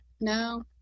No